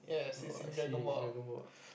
oh I see dragon-ball ah